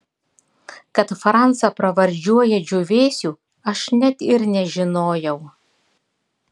kad francą pravardžiuoja džiūvėsiu aš net ir nežinojau